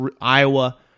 Iowa